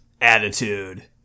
Attitude